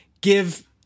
give